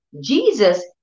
Jesus